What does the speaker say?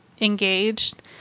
engaged